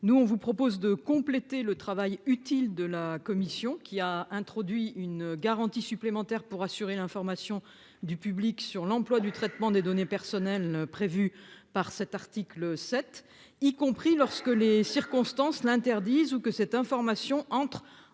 Nous, on vous propose de compléter le travail utile de la commission qui a introduit une garantie supplémentaire pour assurer l'information du public sur l'emploi du traitement des données personnelles prévues par cet article 7, y compris lorsque les circonstances l'interdisent ou que cette information entre